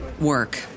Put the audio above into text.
work